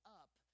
up